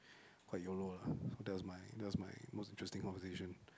quite yolo lah that was my that was my most interesting conversation